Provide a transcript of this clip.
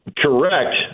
Correct